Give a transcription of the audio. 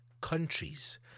countries